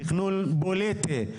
תכנון פוליטי,